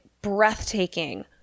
breathtaking